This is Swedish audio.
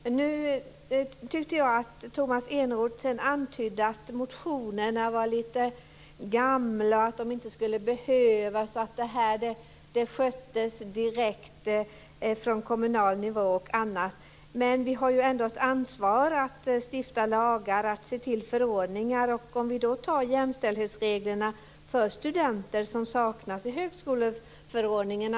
Jag tyckte att Tomas Eneroth antydde att motionerna var lite gamla, att de inte skulle behövas, att detta sköttes direkt från kommunal nivå osv. Men vi har ju ändå ett ansvar för att stifta lagar och se till förordningar. Vi kan ta jämställdhetsreglerna för studenter som exempel. De saknas i högskoleförordningen.